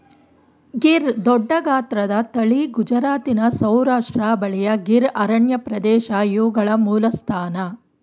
ಗೀರ್ ದೊಡ್ಡಗಾತ್ರದ ತಳಿ ಗುಜರಾತಿನ ಸೌರಾಷ್ಟ್ರ ಬಳಿಯ ಗೀರ್ ಅರಣ್ಯಪ್ರದೇಶ ಇವುಗಳ ಮೂಲಸ್ಥಾನ